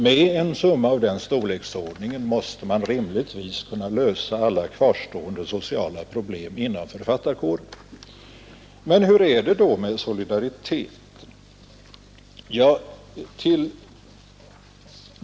Med en summa av den storleken måste man rimligtvis kunna lösa alla kvarstående sociala problem inom författarkåren. Men hur är det då med solidariteten?